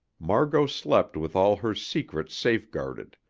margot slept with all her secrets safeguarded,